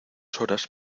horas